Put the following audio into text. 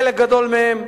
חלק גדול מהם,